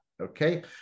okay